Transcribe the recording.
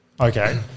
okay